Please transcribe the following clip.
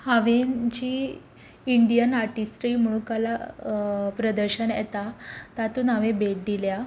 हांवेन जी Indian artistry म्हुणून कला प्रदर्शन येता तातूंत हांवें भेट दिल्या